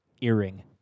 Earring